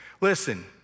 listen